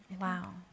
Wow